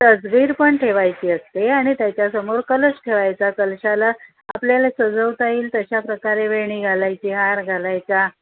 तसबीर पण ठेवायची असते आणि त्याच्यासमोर कलश ठेवायचा कलशाला आपल्याला सजवता येईल तशाप्रकारे वेणी घालायची हार घालायचा